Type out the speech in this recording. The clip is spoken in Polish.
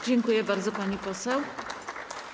Dziękuję bardzo, pani poseł.